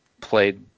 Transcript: played